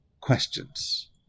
questions